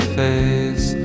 face